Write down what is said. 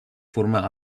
formà